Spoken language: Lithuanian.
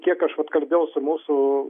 kiek aš vat kalbėjau su mūsų